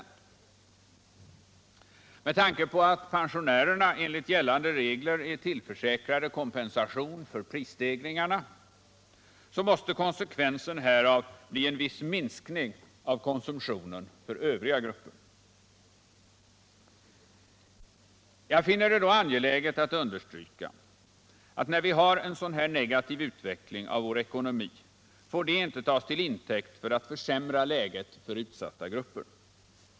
Med Nr 41 tanke på att pensionärerna enligt gällande regler är tillförsäkrade kompensation för prisstegringarna måste konsekvensen härav bli en viss minskning av konsumtionen för övriga grupper. Jag finner det då angeläget att understryka att när vi har en sådan här negativ utveckling Den ekonomiska av vår ekonomi, får det inte tas till intäkt för att försämra läget för = politiken m.m. utsatta grupper.